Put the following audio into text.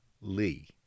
Lee